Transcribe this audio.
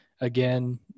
Again